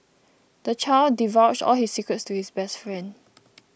the child divulged all his secrets to his best friend